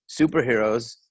superheroes